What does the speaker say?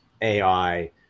ai